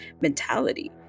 mentality